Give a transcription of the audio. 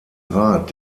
rat